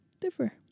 differ